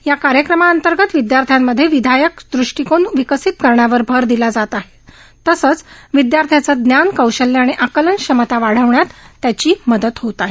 या कार्यक्रमांतर्गत विद्यार्थ्यांमधे विधायक दृष्टीकोन विकसित करण्यावर भर दिला जात आहे तसंच विध्यार्थ्यांचं ज्ञान कौशल्य आणि आकलन क्षमता वाढविण्यात त्याची मदत होत आहे